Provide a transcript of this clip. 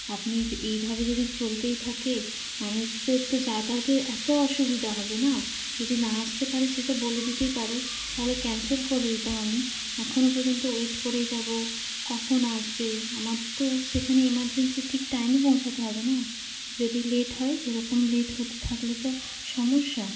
আপনি য এইভাবে যদি চলতেই থাকে মানুষদের তো যাতায়াতের এতো অসুবিধা হবে না যদি না আসতে পারে সেটা বলে দিতেই পারে তাহলে ক্যান্সেল করে দিতাম আমি এখনও পর্যন্ত ওয়েট করেই যাবো কখন আসবে আমার তো সেখানে এমার্জেন্সি ঠিক টাইমে পৌঁছতে হবে না যদি লেট হয় এরকম লেট হতে থাকলে তো সমস্যা